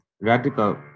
radical